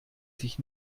sich